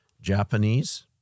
Japanese